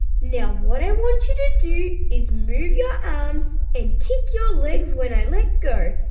now what i want you to do is move your arms and kick your legs when i let go.